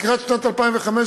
לקראת שנת 2015,